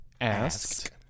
asked